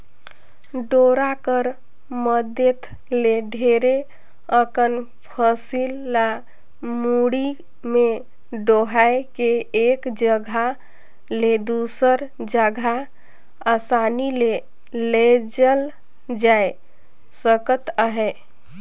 डोरा कर मदेत ले ढेरे अकन फसिल ल मुड़ी मे डोएह के एक जगहा ले दूसर जगहा असानी ले लेइजल जाए सकत अहे